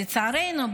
לצערנו,